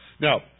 Now